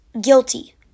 guilty